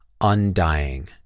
undying